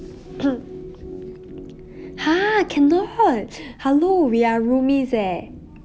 !huh! cannot hello we are roomies eh